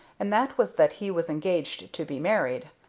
and that was that he was engaged to be married.